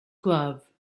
glove